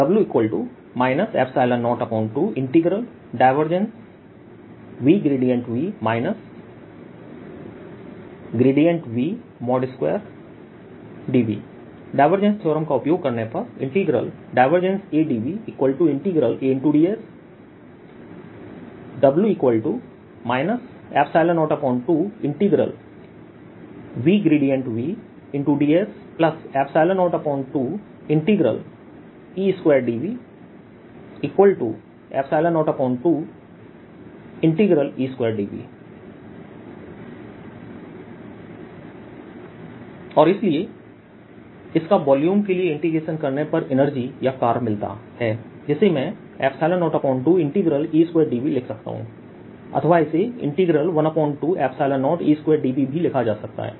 W 02VV V2dV divergence theorem का उपयोग करने पर A dVAdS W 02VVdS02E2dV02E2dV और इसलिए इसका वॉल्यूम के लिए इंटीग्रेशन करने पर एनर्जी या कार्य मिलता है जिसे मैं 02E2dV लिख सकता हूं अथवा इसे dV भी लिखा जा सकता है